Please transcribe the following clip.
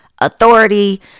authority